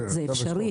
זה אפשרי